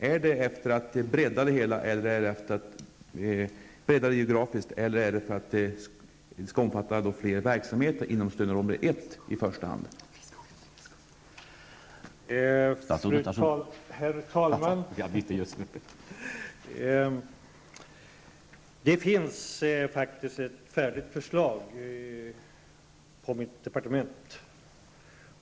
Är det att utvidga nedsättningen av sociala avgifter geografiskt eller är det att utvidga den till att omfatta fler verksamheter, i första hand inom stödområde 1?